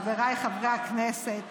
חבריי חברי הכנסת,